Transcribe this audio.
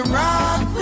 rock